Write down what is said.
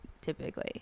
typically